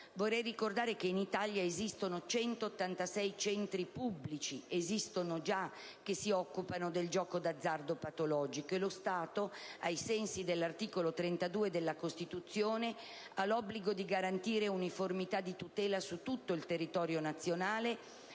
Vorrei ricordare che in Italia esistono 186 centri pubblici che si occupano già del gioco di azzardo patologico, e lo Stato, ai sensi dell'articolo 32 della Costituzione, ha l'obbligo di garantire uniformità di tutela su tutto il territorio nazionale